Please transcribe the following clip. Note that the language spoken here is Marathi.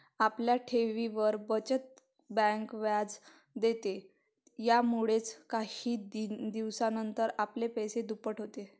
आपल्या ठेवींवर, बचत बँक व्याज देते, यामुळेच काही दिवसानंतर आपले पैसे दुप्पट होतात